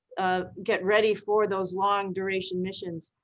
ah get ready for those long duration missions.